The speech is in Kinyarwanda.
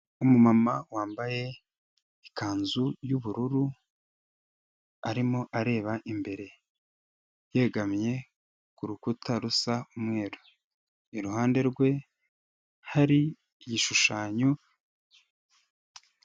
Umumama wambaye ikanzu y'ubururu, arimo areba imbere, yegamye ku rukuta rusa umweru, iruhande rwe hari igishushanyo.